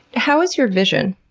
how is your vision?